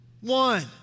One